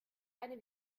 eine